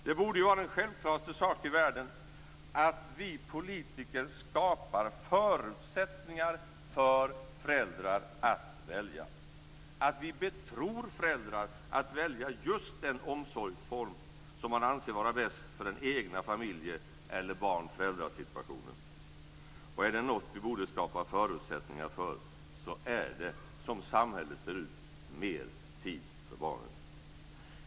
Det borde ju vara den självklaraste sak i världen att vi politiker skapar förutsättningar för föräldrar att välja, att vi betror föräldrar att välja just den omsorgsform som de anser vara bäst för den egna familjesituationen eller barn-föräldra-situationen. Och är det något vi borde skapa förutsättningar för så är det, som samhället ser ut, mer tid för barnen.